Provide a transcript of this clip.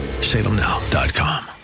salemnow.com